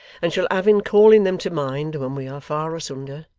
and shall have in calling them to mind when we are far asunder,